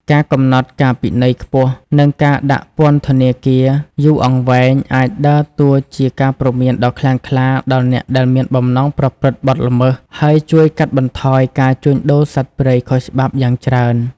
ការកំណត់ការពិន័យខ្ពស់ និងការដាក់ពន្ធនាគារយូរអង្វែង អាចដើរតួជាការព្រមានដ៏ខ្លាំងក្លាដល់អ្នកដែលមានបំណងប្រព្រឹត្តបទល្មើស ហើយជួយកាត់បន្ថយការជួញដូរសត្វព្រៃខុសច្បាប់យ៉ាងច្រើន។